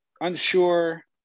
unsure